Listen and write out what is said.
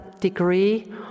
degree